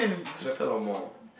I expected a lot more